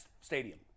stadium